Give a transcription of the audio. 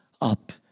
up